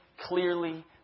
clearly